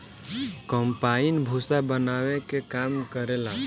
combine भूसा बानावे के काम करेला